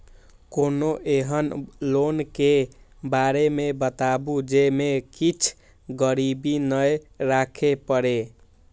कोनो एहन लोन के बारे मे बताबु जे मे किछ गीरबी नय राखे परे?